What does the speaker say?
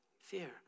fear